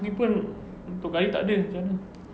ini pun untuk kayuh tak ada macam mana